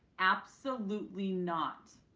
absolutely not!